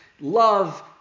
love